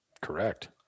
Correct